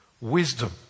Wisdom